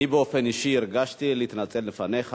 אני באופן אישי הרגשתי להתנצל לפניך.